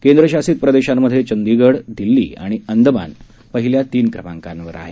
केंद्रशासित प्रदेशांमध्ये चंदीगड दिल्ली आणि अंदमान पहिल्या तीन क्रमांकावर आहे